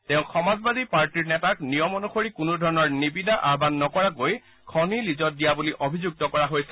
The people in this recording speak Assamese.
তেওঁক সমাজবাদী পাৰ্টীৰ নেতাক নিয়ম অনুসৰি কোনো ধৰণৰ নিবিদা আহান নকৰাকৈ খনি লীজত দিয়া বুলি অভিযুক্ত কৰা হৈছে